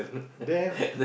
then